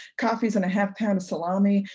coffees and a half pound of salami,